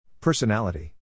Personality